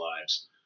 lives